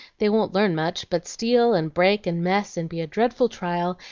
they won't learn much, but steal, and break, and mess, and be a dreadful trial,